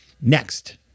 Next